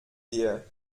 wir